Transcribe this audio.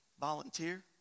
volunteer